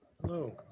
Hello